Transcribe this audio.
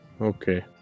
okay